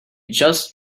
just